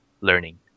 learning